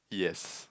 yes